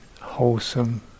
wholesome